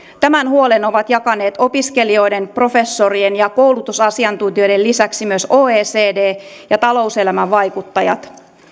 tämän huolen ovat jakaneet opiskelijoiden professorien ja koulutusasiantuntijoiden lisäksi myös oecd ja talouselämän vaikuttajat